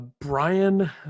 Brian